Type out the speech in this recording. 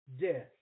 death